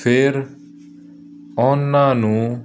ਫਿਰ ਉਹਨਾਂ ਨੂੰ